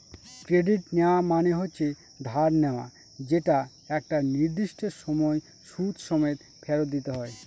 credit নেওয়া মানে হচ্ছে ধার নেওয়া যেটা একটা নির্দিষ্ট সময় সুদ সমেত ফেরত দিতে হয়